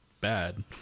bad